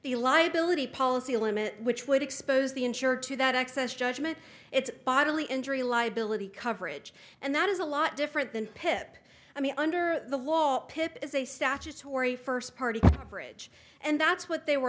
the liability policy limit which would expose the insurer to that excess judgment it's bodily injury liability coverage and that is a lot different than pip i mean under the law pip is a statutory first party bridge and that's what they were